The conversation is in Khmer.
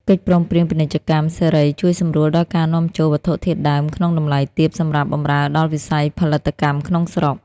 កិច្ចព្រមព្រៀងពាណិជ្ជកម្មសេរីជួយសម្រួលដល់ការនាំចូលវត្ថុធាតុដើមក្នុងតម្លៃទាបសម្រាប់បម្រើដល់វិស័យផលិតកម្មក្នុងស្រុក។